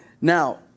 Now